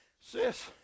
Sis